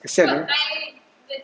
kesian know